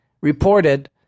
reported